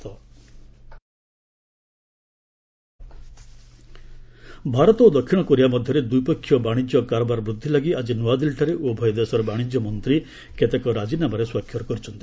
India Korea trade ଭାରତ ଓ ଦକ୍ଷିଣ କୋରିଆ ମଧ୍ୟରେ ଦ୍ୱିପକ୍ଷୀୟ ବାଶିଜ୍ୟ କାରବାର ବୃଦ୍ଧି ଲାଗି ଆଜି ନୃଆଦିଲ୍ଲୀଠାରେ ଉଭୟ ଦେଶର ବାଶିଜ୍ୟ ମନ୍ତ୍ରୀ କେତେକ ରାଜିନାମାରେ ସ୍ପାକ୍ଷର କରିଛନ୍ତି